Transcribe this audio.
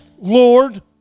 Lord